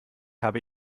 habe